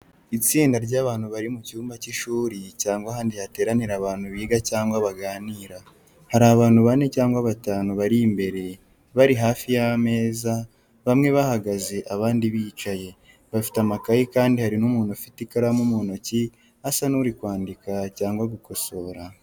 Itsinda ry’abantu bari mu cyumba cy’ishuri cyangwa ahandi hateranira abantu biga cyangwa baganira. Hari abantu bane cyangwa batanu bari imbere bari hafi y’ameza, bamwe bahagaze abandi bicaye. Bafite amakaye kandi hari n’umuntu ufite ikaramu mu ntoki asa n’uri kwandika cyangwa gukosora.